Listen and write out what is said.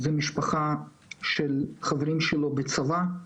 זו משפחה של חברים שלו בצבא.